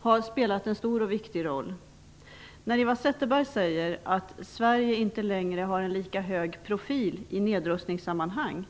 har spelat en stor och viktig roll. Eva Zetterberg säger att Sverige inte längre har en lika hög profil i nedrustningssammanhang.